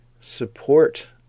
support